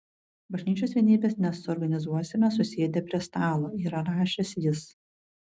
bažnyčios vienybės nesuorganizuosime susėdę prie stalo yra rašęs jis